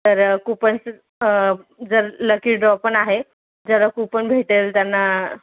तर कुपन्स जर lucky draw पण आहे जर कूपन भेटेल त्यांना